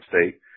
State